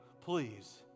please